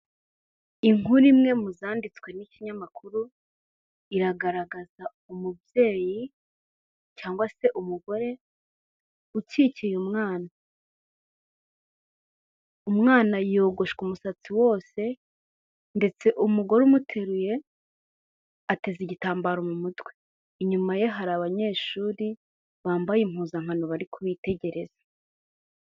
Inkuru imwe mu zanditswe n'ikinyamakuru, iragaragaza umubyeyi cyangwase umugore ukikiye umwana, umwanayogoshwe umusatsi wose ndetse umugore umuteruye ateze igitambaro mu mutwe, inyumaye hari abanyeshuri, bambaye impuzankano bari kubitegereza.